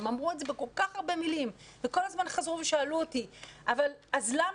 הן אמרו את זה בכל כך הרבה מילים וכל הזמן חזרו ושאלו אותי למה זה,